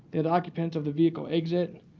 the the occupants of the vehicle exit.